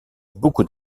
beaucoup